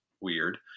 weird